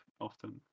often